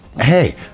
Hey